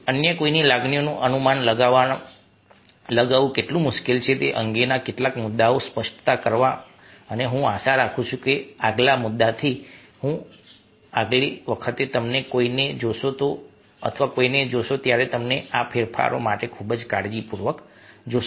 અન્ય કોઈની લાગણીઓનું અનુમાન લગાવવું કેટલું મુશ્કેલ છે તે અંગેના કેટલાક મુદ્દાઓની સ્પષ્ટતા કરતા અને હું આશા રાખું છું કે આગલા મુદ્દાથી હું આશા રાખું છું કે આગલી વખતે તમે કોઈને જોશો અથવા કોઈને જોશો ત્યારે તમે આ ફેરફારો માટે ખૂબ જ કાળજીપૂર્વક જોશો